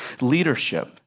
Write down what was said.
leadership